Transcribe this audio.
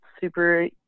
super